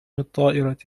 الطائرة